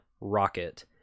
Rocket